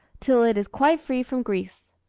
till it is quite free from grease.